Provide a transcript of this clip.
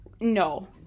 No